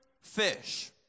fish